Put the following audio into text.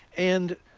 and